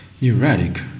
Erratic